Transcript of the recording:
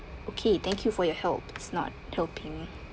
okay thank you for your help it's not helping